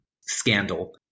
scandal